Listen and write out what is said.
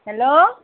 hello